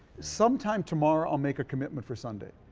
sometime tomorrow i'll make a commitment for sunday,